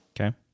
Okay